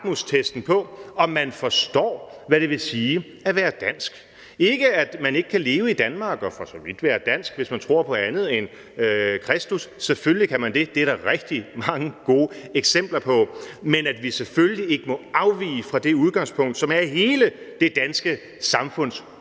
lakmusprøven på, om man forstår, hvad det vil sige at være dansk. Det betyder ikke, at man ikke kan leve i Danmark og for så vidt være dansk, hvis man tror på andet end Kristus – selvfølgelig kan man det, og det er der rigtig mange gode eksempler på – men vi må selvfølgelig ikke afvige fra det udgangspunkt, som er hele det danske samfunds